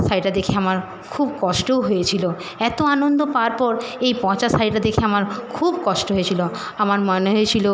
শাড়িটা দেখে আমার খুব কষ্টও হয়েছিলো এতো আনন্দ পাওয়ার পর এই পচা শাড়িটা দেখে আমার খুব কষ্ট হয়েছিলো আমার মনে হয়েছিলো